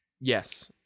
Yes